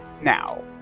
Now